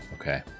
Okay